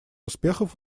успехов